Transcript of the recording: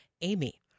Amy